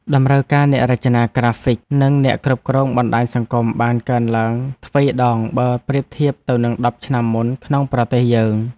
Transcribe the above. តម្រូវការអ្នករចនាក្រាហ្វិកនិងអ្នកគ្រប់គ្រងបណ្តាញសង្គមបានកើនឡើងទ្វេដងបើប្រៀបធៀបទៅនឹងដប់ឆ្នាំមុនក្នុងប្រទេសយើង។